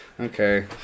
Okay